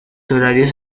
horarios